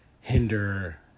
hinder